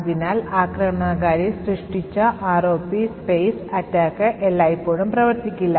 അതിനാൽ ആക്രമണകാരി സൃഷ്ടിച്ച ROP space attack എല്ലായ്പ്പോഴും പ്രവർത്തിക്കില്ല